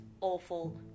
awful